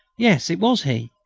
yes, it was he.